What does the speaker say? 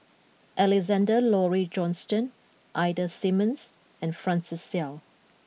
Alexander Laurie Johnston Ida Simmons and Francis Seow